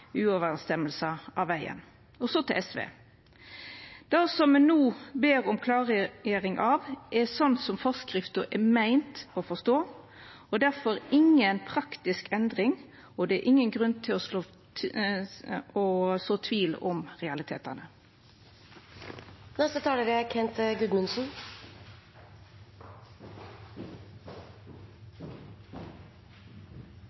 samsvaret av vegen. Så til SV: Det som me no ber om klargjering av, er korleis forskrifta er meint å forstå. Difor er det ingen praktisk endring, og det er ingen grunn til å så tvil om